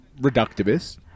reductivist